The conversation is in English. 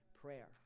prayer